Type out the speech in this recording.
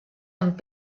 amb